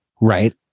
Right